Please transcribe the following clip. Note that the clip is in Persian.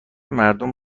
مردم